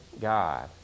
God